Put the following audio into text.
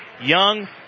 Young